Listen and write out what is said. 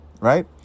right